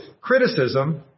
criticism